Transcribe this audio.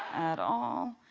at all.